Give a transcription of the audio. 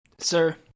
Sir